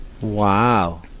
Wow